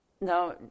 Now